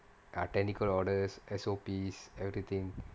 ah technical dollars S_O_P everything